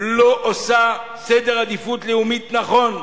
לא עושה סדר עדיפויות לאומי נכון.